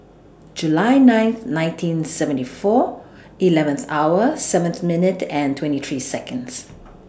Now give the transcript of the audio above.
July ninth nineteen seventy four eleventh hour seventh minute and twenty three Seconds